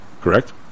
correct